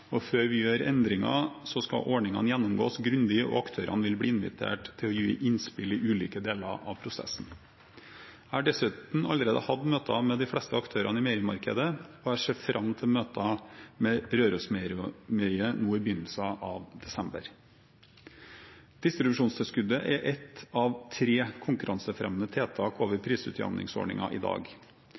Før vi gjør endringer, skal ordningene gjennomgås grundig, og aktørene vil bli invitert til å gi innspill i ulike deler av prosessen. Jeg har dessuten allerede hatt møter med de fleste aktørene i meierimarkedet, og jeg ser fram til møter med Rørosmeieriet nå i begynnelsen av desember. Distribusjonstilskuddet er ett av tre konkurransefremmende tiltak over prisutjevningsordningen i dag.